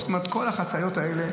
זאת אומרת כל החציות האלה,